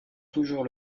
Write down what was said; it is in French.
toujours